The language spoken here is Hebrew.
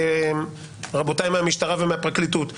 רבותיי מהמשטרה ומהפרקליטות,